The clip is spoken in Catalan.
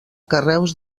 carreus